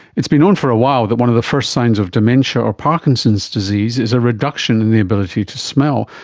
it's been known for a while that one of the first signs of dementia or parkinson's disease is a reduction in the ability to smell,